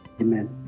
Amen